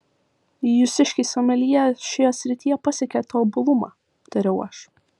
jūsiškiai someljė šioje srityje pasiekė tobulumą tariau aš